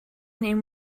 name